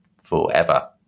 forever